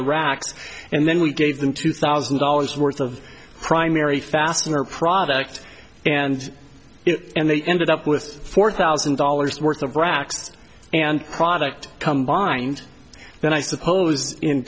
the racks and then we gave them two thousand dollars worth of primary fastener product and and they ended up with four thousand dollars worth of racks and product come behind then i suppose in